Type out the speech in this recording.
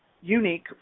unique